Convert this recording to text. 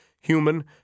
human